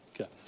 Okay